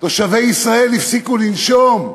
תושבי ישראל הפסיקו לנשום,